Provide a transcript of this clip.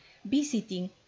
visiting